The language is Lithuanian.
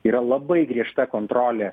yra labai griežta kontrolė